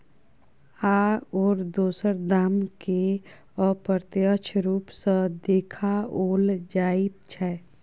आओर दोसर दामकेँ अप्रत्यक्ष रूप सँ देखाओल जाइत छै